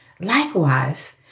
Likewise